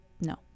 No